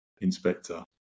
inspector